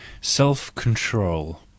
Self-Control